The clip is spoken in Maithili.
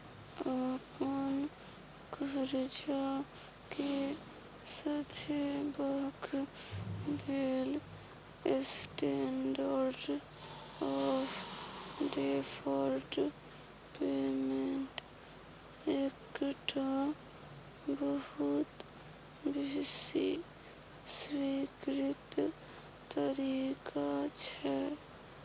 अपन करजा केँ सधेबाक लेल स्टेंडर्ड आँफ डेफर्ड पेमेंट एकटा बहुत बेसी स्वीकृत तरीका छै